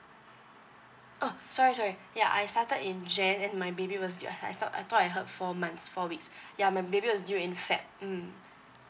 oh sorry sorry ya I started in jan then my baby was due I I thought I thought I heard four months four weeks ya my baby was due in feb mm